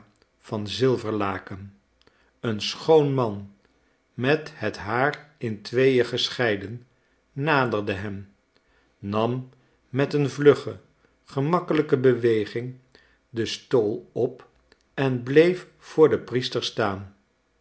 van zilverlaken een schoon man met het haar in tweeën gescheiden naderde hen nam met een vlugge gemakkelijke beweging de stool op en bleef voor den priester staan